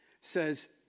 Says